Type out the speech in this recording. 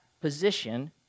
position